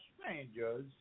strangers